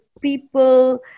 people